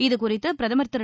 இதுகுறித்து பிரதமர் திரு